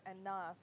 enough